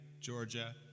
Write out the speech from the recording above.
Georgia